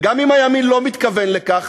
וגם אם הימין לא מתכוון לכך,